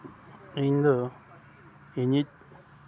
ᱤᱧᱫᱚ ᱤᱧᱤᱡ